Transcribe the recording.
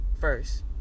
first